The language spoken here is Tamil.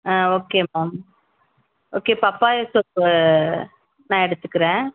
ஆ okay ma'am okay papaya soap நான் எடுத்துக்கிறேன்